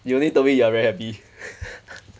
you only told me you are very happy